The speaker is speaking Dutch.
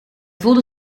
voelde